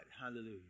Hallelujah